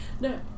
no